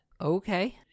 okay